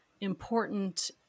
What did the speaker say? important